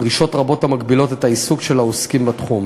דרישות רבות המגבילות את העיסוק של העוסקים בתחום.